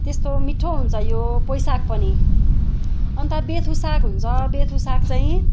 त्यस्तो मिठो हुन्छ यो पोई साग पनि अन्त बेथु साग हुन्छ बेथु साग चाहिँ